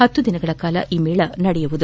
ಹತ್ತು ದಿನಗಳ ಕಾಲ ಮೇಳ ನಡೆಯಲಿದೆ